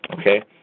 Okay